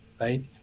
right